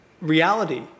reality